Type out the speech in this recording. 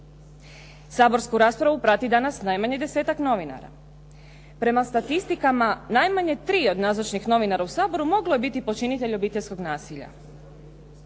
Saborsku raspravu prati danas najmanje 10-tak novinara. Prema statistikama, najmanje tri od nazočnih novinara u Saboru moglo je biti počinitelj obiteljskog nasilja.